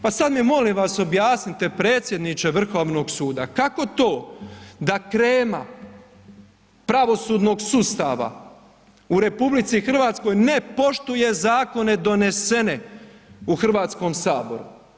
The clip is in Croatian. Pa sada mi molim vas objasnite predsjedniče Vrhovnog suda kako to da krema pravosudnog sustava u RH ne poštuje zakone donesene u Hrvatskom saboru?